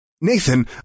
Nathan